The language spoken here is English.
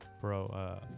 bro